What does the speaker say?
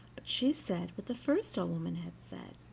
but she said what the first old woman had said